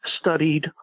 studied